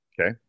Okay